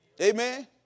Amen